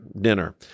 dinner